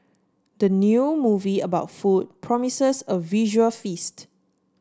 the new movie about food promises a visual feast